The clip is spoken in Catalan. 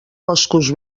boscos